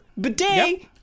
bidet